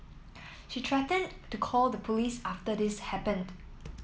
she threatened to call the police after this happened